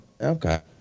Okay